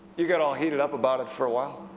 you got all heated up about it for a while.